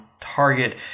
target